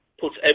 puts